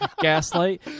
gaslight